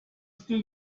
still